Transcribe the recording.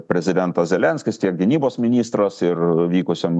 prezidentas zelenskis tiek gynybos ministras ir vykusiam